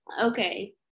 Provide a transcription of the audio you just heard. Okay